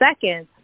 seconds